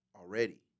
Already